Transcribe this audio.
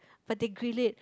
but they grill it